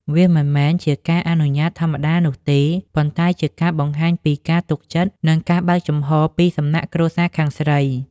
វាមិនមែនជាការអនុញ្ញាតធម្មតានោះទេ ប៉ុន្តែជាការបង្ហាញពីការទុកចិត្ត និងការបើកចំហរពីសំណាក់គ្រួសារខាងស្រី។